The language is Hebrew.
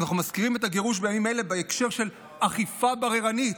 אנחנו מזכירים את הגירוש בימים אלה בהקשר של אכיפה בררנית.